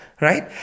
Right